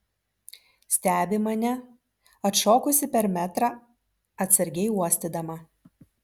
stebi mane atšokusi per metrą atsargiai uostydama